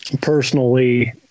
personally